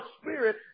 spirit